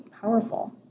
powerful